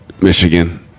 Michigan